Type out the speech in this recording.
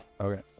Okay